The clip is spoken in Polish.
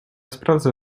sprawdzę